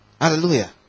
Hallelujah